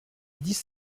dix